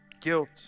guilt